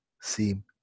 seem